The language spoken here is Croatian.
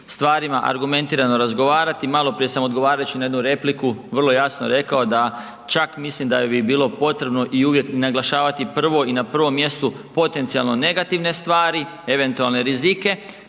stvarima argumentirano razgovarati. Maloprije sam odgovarajući na jednu repliku vrlo jasno rekao da čak mislim da bi vilo potrebno i uvijek naglašavati prvo i na prvom mjestu potencijalno negativne stvari, eventualne rizike